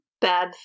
Bad